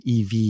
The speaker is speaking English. ev